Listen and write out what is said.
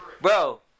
Bro